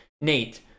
nate